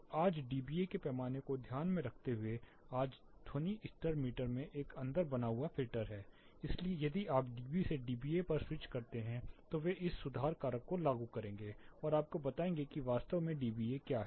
तो आज डीबीए के पैमाने को ध्यान में रखते हुए आज ध्वनि स्तर मीटर में एक अंदर बना हुआ फिल्टर है इसलिए यदि आप डीबी से डीबीए पर स्विच करते हैं तो वे इस सुधार कारक को लागू करेंगे और आपको बताएंगे कि वास्तव में डीबीए क्या है